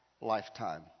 lifetime